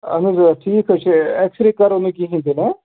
اَہن حظ آ ٹھیٖک حظ چھُ ایٚکٕس رے کَرو نہٕ کِہیٖنۍ تیٚلہِ ہہ